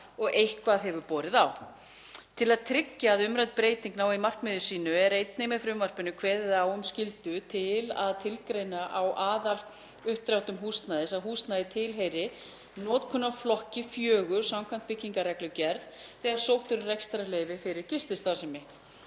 og eitthvað hefur borið á. Til að tryggja að umrædd breyting nái markmiði sínu er einnig með frumvarpinu kveðið á um skyldu til að tilgreina á aðaluppdráttum húsnæðis að húsnæðið tilheyri notkunarflokki 4 samkvæmt byggingarreglugerð þegar sótt er um rekstrarleyfi fyrir gististarfsemi.